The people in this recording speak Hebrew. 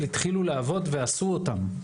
התחילו לעבוד ועשו אותם.